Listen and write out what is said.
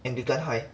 anglican high